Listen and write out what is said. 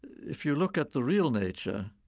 if you look at the real nature,